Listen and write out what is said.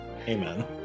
Amen